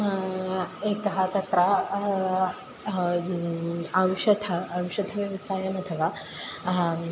एकः तत्र औषधम् औषधव्यवस्थायाम् अथवा